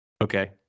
okay